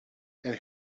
and